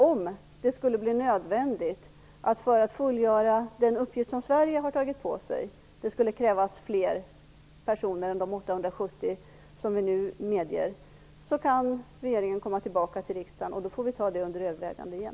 Om det för att fullgöra den uppgift som Sverige har tagit på sig skulle krävas fler personer än de 870 som vi nu medger tycker vi att regeringen kan komma tillbaka till riksdagen. Då får vi ta det under övervägande igen.